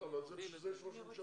כן, אבל בשביל זה יש ראש ממשלה,